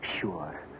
Sure